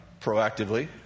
proactively